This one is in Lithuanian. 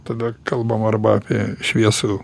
tada kalbam arba apie šviesų